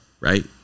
right